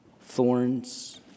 thorns